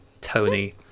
Tony